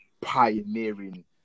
pioneering